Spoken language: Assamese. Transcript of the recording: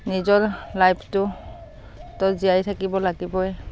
নিজৰ লাইফটোতো জীয়াই থাকিব লাগিবই